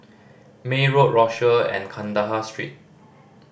May Road Rochor and Kandahar Street